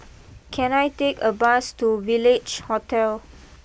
can I take a bus to Village Hotel